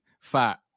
fat